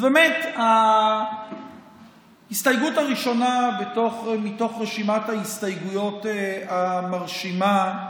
אז באמת ההסתייגות הראשונה מתוך רשימת ההסתייגויות ה"מרשימה"